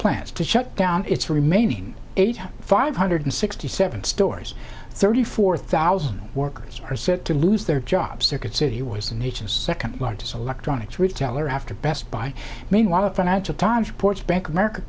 plans to shut down its remaining eighty five hundred sixty seven stores thirty four thousand workers are set to lose their jobs circuit city was the nation's second largest electronics retailer after best buy meanwhile the financial times reports bank of america